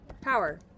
Power